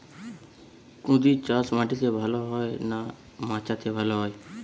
কুঁদরি চাষ মাটিতে ভালো হয় না মাচাতে ভালো হয়?